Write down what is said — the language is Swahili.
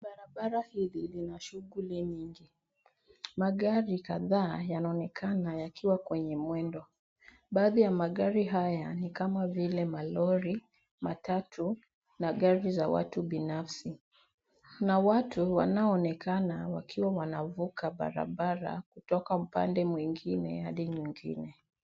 Barabara hili lina shughuli nyingi. Magari kadhaa yanaonekana yakiwa kwenye mwendo. Baadhi ya magari haya ni kama vile malori, matatu na gari za watu binafsi na watu wanaonekana wakiwa wanavuka barabara kutoka upande mwengine hadi nyingine.